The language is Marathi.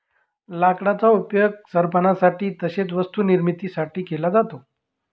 लाकडाचा उपयोग सरपणासाठी तसेच वस्तू निर्मिती साठी केला जातो